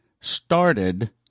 started